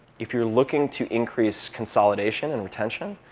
if you're looking to increase consolidation and retention,